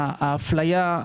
האפליה.